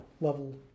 level